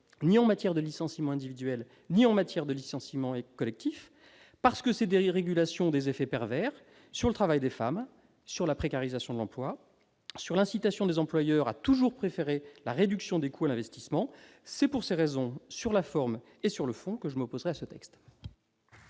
ni en matière de licenciement individuel ni en matière de licenciement collectif, parce que ces dérégulations ont des effets pervers sur le travail des femmes, sur la précarisation de l'emploi, sur l'incitation des employeurs à toujours préférer la réduction des coûts à l'investissement. C'est pour ces raisons, sur la forme et sur le fond, que je m'opposerai à ce texte.